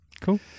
Cool